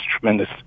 tremendous